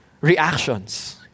reactions